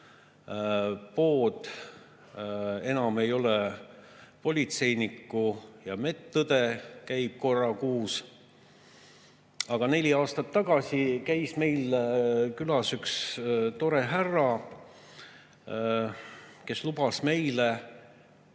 pood. Enam ei ole politseinikku ja medõde käib korra kuus. Aga neli aastat tagasi käis meil külas üks tore härra, kes lubas meile